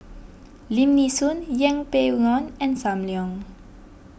Lim Nee Soon Yeng Pway Ngon and Sam Leong